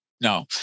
no